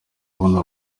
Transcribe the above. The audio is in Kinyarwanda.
abona